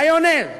מיונז "תלמה"